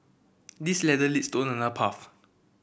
this ladder leads to path